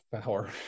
power –